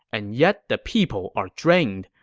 and yet the people are drained.